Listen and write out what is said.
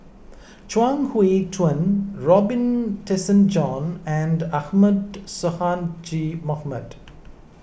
Chuang Hui Tsuan Robin Tessensohn and Ahmad Sonhadji Mohamad